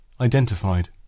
identified